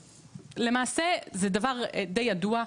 למעשה זה דבר די ידוע,